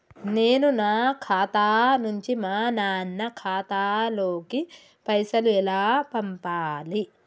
నేను నా ఖాతా నుంచి మా నాన్న ఖాతా లోకి పైసలు ఎలా పంపాలి?